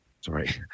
sorry